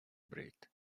bread